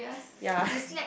ya